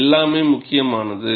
எல்லாமே முக்கியமானது